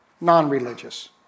non-religious